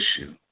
issue